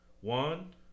one